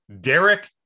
Derek